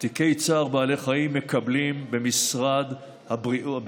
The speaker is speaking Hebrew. תיקי צער בעלי חיים מקבלים במשרד החקלאות,